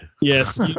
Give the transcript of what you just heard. Yes